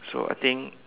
so I think